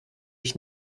ich